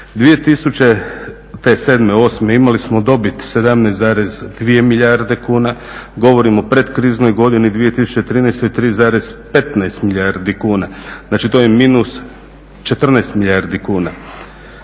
2007., 2008. imali smo dobit 17,2 milijarde kuna, govorim o predkriznoj godini, a 2013. 3,15 milijardi kuna. Znači, to je minus 14 milijardi kuna.